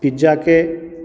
पिज्जाके